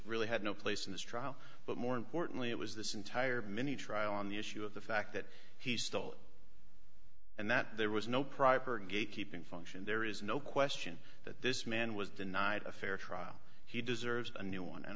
really had no place in this trial but more importantly it was this entire mini trial on the issue of the fact that he stole and that there was no private or gate keeping function there is no question that this man was denied a fair trial he deserves a new one and